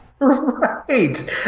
right